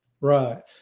right